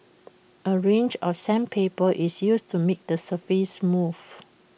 A range of sandpaper is used to make the surface smooth